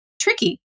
tricky